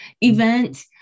event